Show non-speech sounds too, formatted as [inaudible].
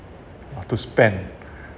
oh to spend [breath]